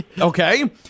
Okay